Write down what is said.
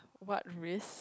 what risk